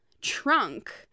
trunk